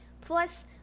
Plus